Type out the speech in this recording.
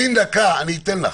דקה, אני אתן לך.